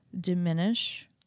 diminish